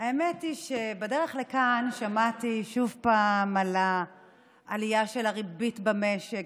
היא שבדרך לכאן שמעתי שוב על העלייה של הריבית במשק.